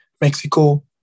Mexico